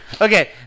Okay